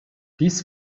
dies